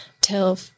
till